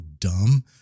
dumb